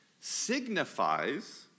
signifies